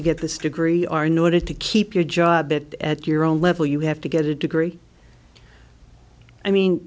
to get this degree are noted to keep your job it at your own level you have to get a degree i mean